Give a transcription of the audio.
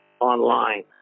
online